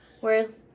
Whereas